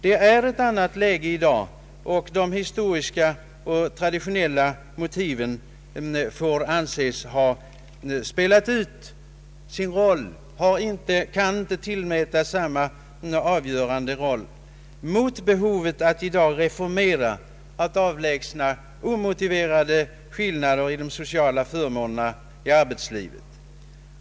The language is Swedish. Det råder ett annat läge i dag, och de historiska och traditionella motiven får anses ha spelat ut sin roll. De kan inte tillmätas avgörande roll mot behovet att i dag reformera och avlägsna omotiverade skillnader i de sociala förmånerna i arbetslivet.